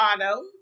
Auto